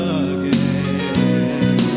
again